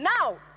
now